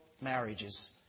marriages